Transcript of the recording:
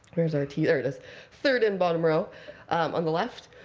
where's our t there it is third and bottom row on the left.